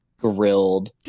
grilled